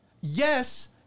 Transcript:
Yes